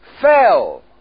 fell